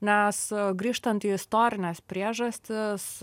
nes grįžtant į istorines priežastis